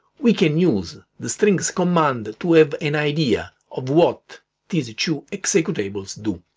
we can use the strings command to have an idea of what these two executables do.